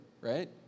right